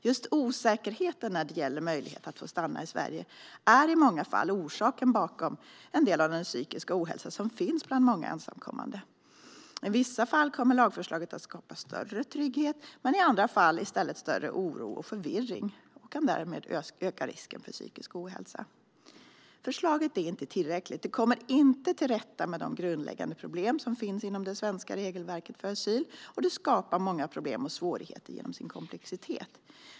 Just osäkerheten när det gäller möjligheten att få stanna i Sverige är i många fall orsaken till en del av den psykiska ohälsa som finns bland många ensamkommande. I vissa fall kommer lagförslaget att skapa större trygghet. Men i andra fall kommer det i stället att skapa större oro och förvirring och kan därmed öka risken för psykisk ohälsa. Förslaget är inte tillräckligt. Med detta förslag kommer man inte till rätta med de grundläggande problem som finns inom det svenska regelverket för asyl, och förslaget skapar många problem och svårigheter genom sin komplexitet.